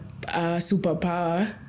superpower